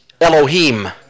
Elohim